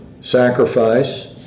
sacrifice